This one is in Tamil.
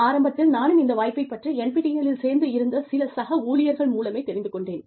ஆரம்பத்தில் நானும் இந்த வாய்ப்பை பற்றி NPTEL இல் சேர்ந்து இருந்த சில சக ஊழியர்கள் மூலமே தெரிந்து கொண்டேன்